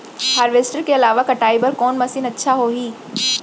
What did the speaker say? Harvester के अलावा कटाई बर कोन मशीन अच्छा होही?